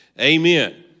amen